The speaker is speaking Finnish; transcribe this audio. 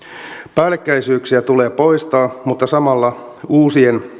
päällekkäisyyksiä tulee poistaa mutta samalla uusien